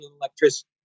electricity